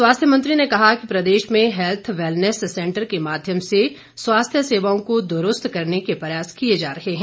स्वास्थ्य मंत्री ने कहा कि प्रदेश में हैल्थ वैलनेस सेंटर के माध्यम से स्वास्थ्य सेवाओं को द्रूस्त करने के प्रयास किए जा रहे हैं